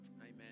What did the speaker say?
amen